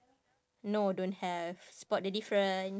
no don't have spot the different